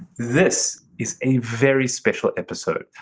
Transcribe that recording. this is a very special episode.